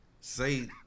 say